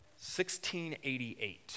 1688